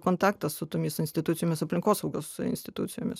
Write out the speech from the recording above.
kontaktas su tomis institucijomis aplinkosaugos institucijomis